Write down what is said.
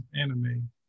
anime